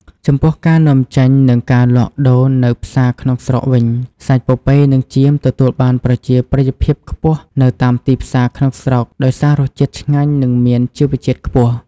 ចំពោះការនាំចេញនិងការលក់ដូរនៅផ្សារក្នុងស្រុកវិញ សាច់ពពែនិងចៀមទទួលបានប្រជាប្រិយភាពខ្ពស់នៅតាមទីផ្សារក្នុងស្រុកដោយសាររសជាតិឆ្ងាញ់និងមានជីវជាតិខ្ពស់។